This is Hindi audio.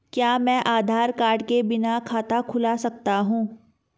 क्या मैं आधार कार्ड के बिना खाता खुला सकता हूं?